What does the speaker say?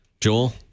joel